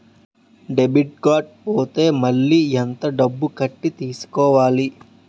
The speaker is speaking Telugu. డెబిట్ కార్డ్ పోతే మళ్ళీ ఎంత డబ్బు కట్టి తీసుకోవాలి?